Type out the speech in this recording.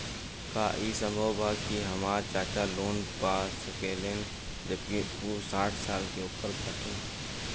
का ई संभव बा कि हमार चाचा लोन पा सकेला जबकि उ साठ साल से ऊपर बाटन?